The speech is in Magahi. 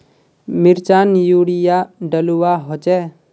मिर्चान यूरिया डलुआ होचे?